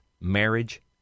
marriage